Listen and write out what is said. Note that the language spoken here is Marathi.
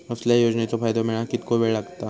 कसल्याय योजनेचो फायदो मेळाक कितको वेळ लागत?